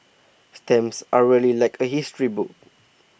stamps are really like a history book